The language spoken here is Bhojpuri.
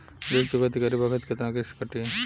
ऋण चुकौती करे बखत केतना किस्त कटी?